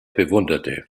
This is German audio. bewunderte